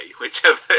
whichever